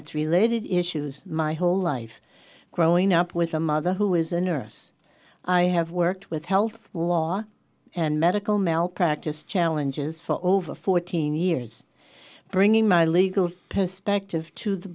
its related issues my whole life growing up with a mother who is a nurse i have worked with health law and medical malpractise challenges for over fourteen years bringing my legal perspective to the